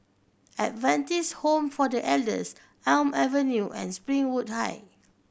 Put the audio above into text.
Adventist Home for The Elders Elm Avenue and Springwood Heights